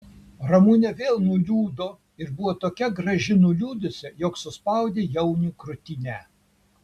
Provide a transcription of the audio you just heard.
ramunė vėl nuliūdo ir buvo tokia graži nuliūdusi jog suspaudė jauniui krūtinę